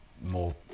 more